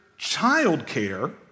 childcare